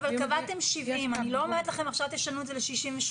--- קבעתם 70. אני לא אומרת לכם עכשיו שתשנו את זה ל-68.